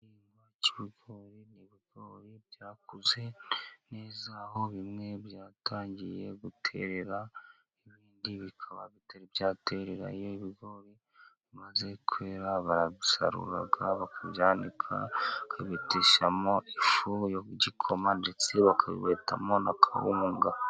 Umurima w'ibigori ni ibigori byakuze neza aho bimwe byatangiye guterera ibindi bikaba bitari byaterera, iyo ibigori bimaze maze kwera barabisarura bakabyanika bakabibeteshamo ifu y'igikoma ndetse bakabibetamo na kawunga.